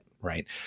right